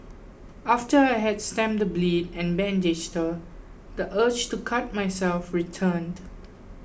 after I helped stem the bleed and bandaged her the urge to cut myself returned